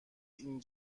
این